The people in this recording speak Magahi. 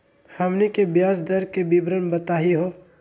हमनी के ब्याज दर के विवरण बताही हो?